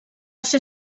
ser